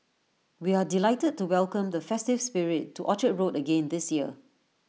we are delighted to welcome the festive spirit to Orchard road again this year